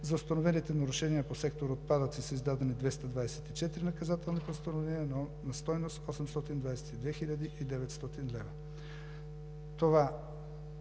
За установените нарушения по сектор „Отпадъци“ са издадени 224 наказателни постановления на стойност 882 хил. 900 лв. Не